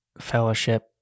fellowship